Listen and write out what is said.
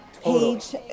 page